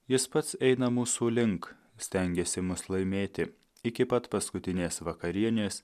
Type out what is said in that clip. jis pats eina mūsų link stengiasi mus laimėti iki pat paskutinės vakarienės